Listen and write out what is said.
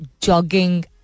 jogging